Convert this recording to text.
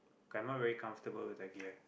okay I'm not very comfortable with a gear